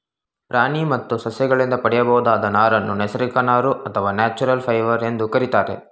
ಪ್ರಾಣಿ ಮತ್ತು ಸಸ್ಯಗಳಿಂದ ಪಡೆಯಬಹುದಾದ ನಾರನ್ನು ನೈಸರ್ಗಿಕ ನಾರು ಅಥವಾ ನ್ಯಾಚುರಲ್ ಫೈಬರ್ ಎಂದು ಕರಿತಾರೆ